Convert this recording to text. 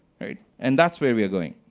right? and that's where we are going.